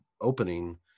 opening